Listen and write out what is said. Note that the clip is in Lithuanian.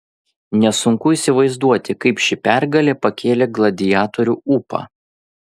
nesunku įsivaizduoti kaip ši pergalė pakėlė gladiatorių ūpą